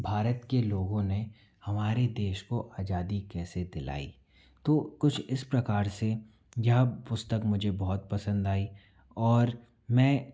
भारत के लोगों ने हमारे देश को आजादी कैसे दिलाई तो कुछ इस प्रकार से यह पुस्तक मुझे बहुत पसंद आई और मैं